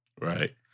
Right